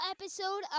episode